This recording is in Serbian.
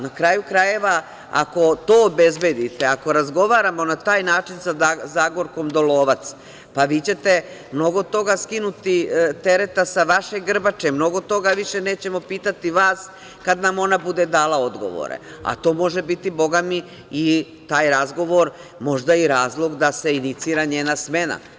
Na kraju krajeva, ako to obezbedite, ako razgovaramo na taj način sa Zagorkom Dolovac, pa, vi ćete mnogo tog tereta skinuti sa vaše grbače, mnogo toga više nećemo pitati vas, kad nam ona bude dala odgovore, a, to može biti Boga mi, i taj razgovor, možda i razlog da se inicira i njena smena.